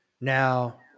Now